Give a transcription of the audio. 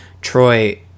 Troy